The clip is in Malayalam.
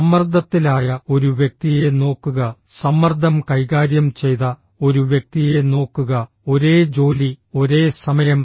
സമ്മർദ്ദത്തിലായ ഒരു വ്യക്തിയെ നോക്കുക സമ്മർദ്ദം കൈകാര്യം ചെയ്ത ഒരു വ്യക്തിയെ നോക്കുക ഒരേ ജോലി ഒരേ സമയം